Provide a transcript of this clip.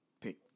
pick